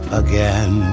again